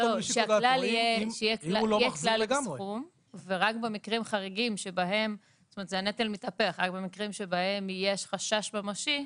שיהיה סכום ורק במקרים חריגים שבהם יש חשש ממשי,